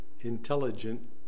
intelligent